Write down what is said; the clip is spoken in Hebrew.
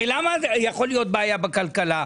למה יכולה להיות בעיה בכלכלה,